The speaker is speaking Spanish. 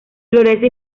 florece